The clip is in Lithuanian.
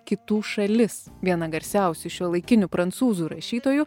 kitų šalis viena garsiausių šiuolaikinių prancūzų rašytojų